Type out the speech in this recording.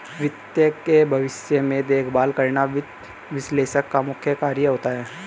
वित्त के भविष्य में देखभाल करना वित्त विश्लेषक का मुख्य कार्य होता है